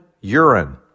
urine